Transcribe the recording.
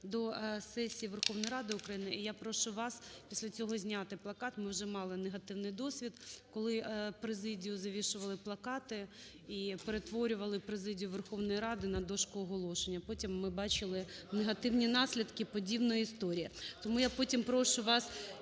до сесії Верховної Ради України, і я прошу вас після цього зняти плакат. Ми вже мали негативний досвід, коли президію завішували плакати і перетворювали президію Верховної Ради на дошко оголошення, потім ми бачили негативні наслідки подібної історії. Тому я потім прошу вас…